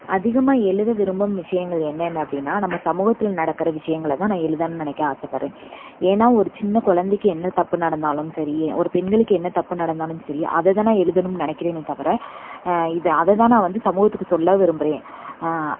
அதிகமாக எழுத விரும்பும் விஷியங்கள் என்னென்ன அப்படின்னா நம்ம சமூகத்தில் நடக்கிற விஷியங்களை தான் நான் எழுதணுன்னு நினைக்க ஆசைப்பட்றேன் ஏன்னா ஒரு சின்ன குழந்தைக்கு என்ன தப்பு நடந்தாலும் சரி ஒரு பெண்களுக்கு என்ன தப்பு நடந்தாலும் சரி அதை தான் நான் எழுதணும்ன்னு நினைக்கிறேனே தவிர இது அதை தான் நான் வந்து சமூகத்துக்கு சொல்ல விரும்புறேன்